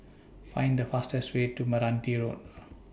Find The fastest Way to Meranti Road